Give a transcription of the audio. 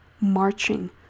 marching